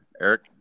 Eric